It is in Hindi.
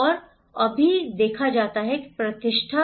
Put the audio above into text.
और भी प्रतिष्ठा की प्रतिष्ठा